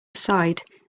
aside